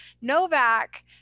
Novak